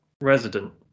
resident